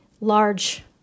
large